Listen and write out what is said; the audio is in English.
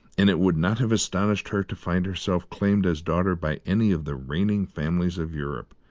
and it would not have astonished her to find herself claimed as daughter by any of the reigning families of europe.